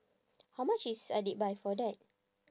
how much is adik buy for that